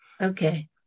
okay